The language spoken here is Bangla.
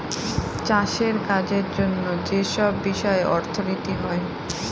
চাষের কাজের জন্য যেসব বিষয়ে অর্থনীতি হয়